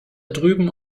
drüben